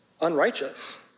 unrighteous